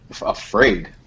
Afraid